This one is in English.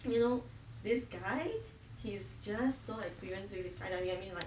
you know this guy he's just so experience with his sky I mean like